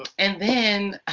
and then